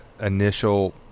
initial